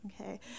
okay